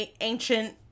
ancient